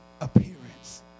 appearance